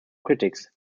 critics